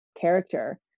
character